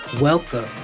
Welcome